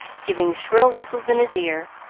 giving shrill whistles in his ear,